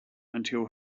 until